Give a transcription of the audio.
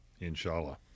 inshallah